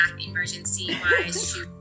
emergency-wise